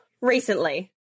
recently